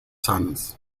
sons